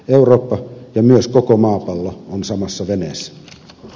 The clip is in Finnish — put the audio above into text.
eurooppa ja myös koko maapallo on samassa veneessä